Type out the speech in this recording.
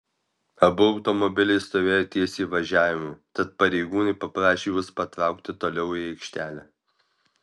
abu automobiliai stovėjo ties įvažiavimu tad pareigūnai paprašė juos patraukti toliau į aikštelę